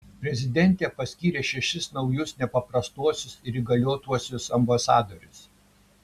prezidentė paskyrė šešis naujus nepaprastuosius ir įgaliotuosiuos ambasadorius